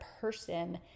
person